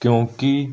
ਕਿਉਂਕਿ